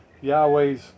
Yahweh's